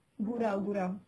gurau-gurau